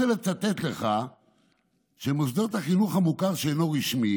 אז אני רק רוצה לצטט לך שמוסדות החינוך המוכר שאינו רשמי